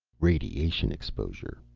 radiation exposure,